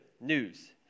news